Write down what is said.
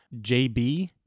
jb